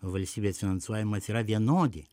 valstybės finansuojamas yra vienodi